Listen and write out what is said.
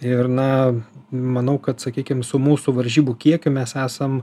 ir na manau kad sakykim su mūsų varžybų kiekiu mes esam